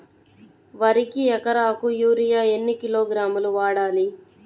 వరికి ఎకరాకు యూరియా ఎన్ని కిలోగ్రాములు వాడాలి?